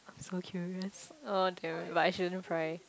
so curious oh dear but I shouldn't pry